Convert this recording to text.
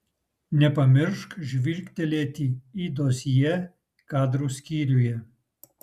nepamiršk žvilgtelėti į dosjė kadrų skyriuje